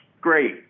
great